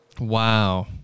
Wow